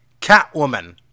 Catwoman